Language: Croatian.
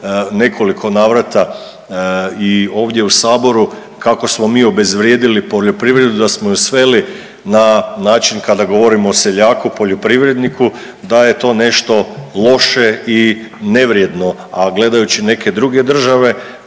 nekoliko navrata i ovdje u Saboru kako smo mi obezvrijedili poljoprivredu, da smo ju sveli na način kada govorimo o seljaku, poljoprivredniku, da je to nešto loše i nevrijedno. A gledajući neke druge države,